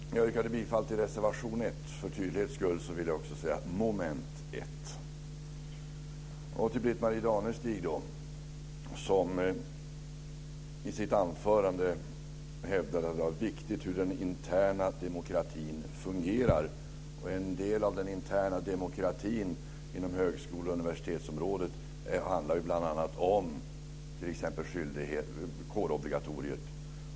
Fru talman! Jag yrkade bifall till reservation 1. För tydlighets skull vill jag också säga att den ligger under moment 1. Britt-Marie Danestig hävdade i sitt anförande att det är viktigt hur den interna demokratin fungerar. Den interna demokratin inom högskole och universitetsområdet handlar ju bl.a. om kårobligatoriet.